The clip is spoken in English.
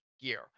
gear